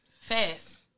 Fast